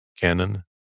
canon